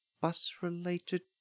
bus-related